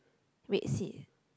red seat